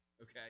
okay